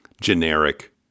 generic